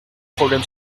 problème